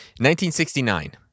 1969